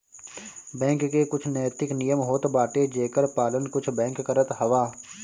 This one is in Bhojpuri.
बैंक के कुछ नैतिक नियम होत बाटे जेकर पालन कुछ बैंक करत हवअ